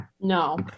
No